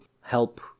help